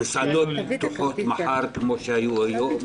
האם המסעדות פתוחות מחר כמו היום?